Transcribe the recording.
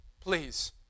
please